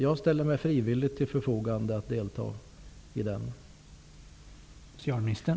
Jag ställer mig frivilligt till förfogande att delta i en sådan.